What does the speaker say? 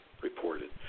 reported